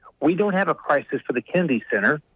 we don't have a crisis for the kennedy center.